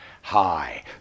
Hi